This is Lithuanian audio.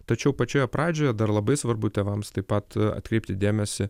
tačiau pačioje pradžioje dar labai svarbu tėvams taip pat atkreipti dėmesį